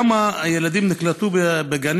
רצוני לשאול: 1. כמה ילדים נקלטו בגנים